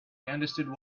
understood